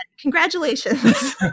Congratulations